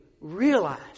realize